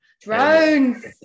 Drones